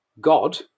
God